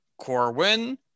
Corwin